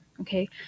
Okay